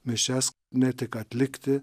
mišias ne tik atlikti